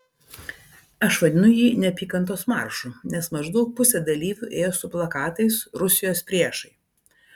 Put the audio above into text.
aš vadinu jį neapykantos maršu nes maždaug pusė dalyvių ėjo su plakatais rusijos priešai